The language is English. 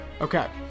okay